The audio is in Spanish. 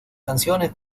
canciones